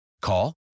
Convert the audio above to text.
Call